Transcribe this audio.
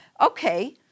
okay